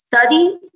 study